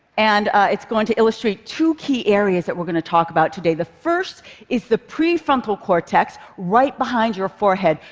and it's going to illustrate two key areas that we are going to talk about today. the first is the prefrontal cortex, right behind your forehead,